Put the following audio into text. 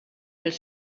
els